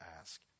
ask